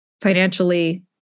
financially